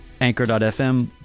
anchor.fm